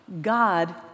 God